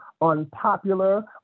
unpopular